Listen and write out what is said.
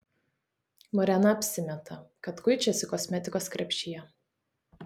morena apsimeta kad kuičiasi kosmetikos krepšyje